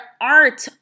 art